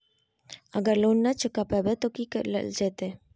अगर लोन न चुका पैबे तो की करल जयते?